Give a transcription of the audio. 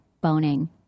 boning